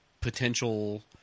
potential